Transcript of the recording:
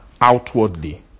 outwardly